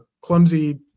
clumsy